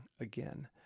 again